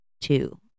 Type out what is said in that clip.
two